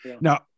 now